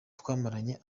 twamaranye